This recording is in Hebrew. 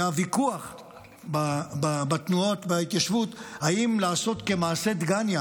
היה ויכוח בתנועות ההתיישבות אם לעשות כמעשה דגניה,